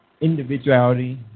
individuality